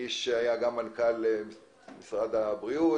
איש שהיה גם מנכ"ל משרד הבריאות,